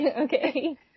Okay